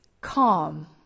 calm